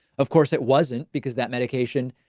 of course it wasn't because that medication.